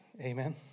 amen